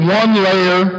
one-layer